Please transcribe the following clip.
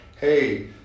hey